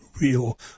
real